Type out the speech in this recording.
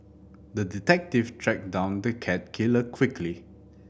the detective tracked down the cat killer quickly